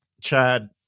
Chad